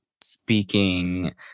speaking